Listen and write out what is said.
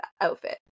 outfit